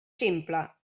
ximple